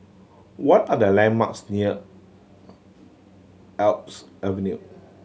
what are the landmarks near Alps Avenue